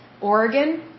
Oregon